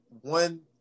one